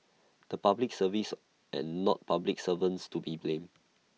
the Public Service and not public servants to be blamed